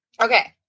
Okay